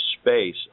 space